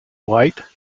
white